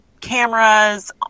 cameras